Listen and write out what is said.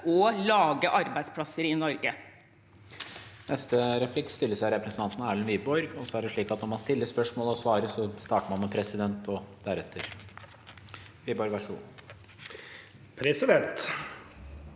og lage arbeidsplasser – i Norge.